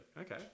Okay